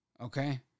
okay